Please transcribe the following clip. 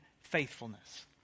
faithfulness